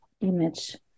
image